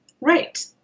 Right